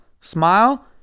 smile